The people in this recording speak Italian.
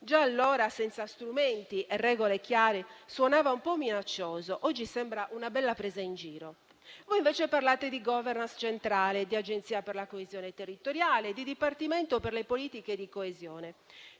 Già allora, senza strumenti e regole chiare, suonava un po' minaccioso, oggi sembra una bella presa in giro. Voi invece parlate di *governance* centrale, di Agenzia per la coesione territoriale, di Dipartimento per le politiche di coesione.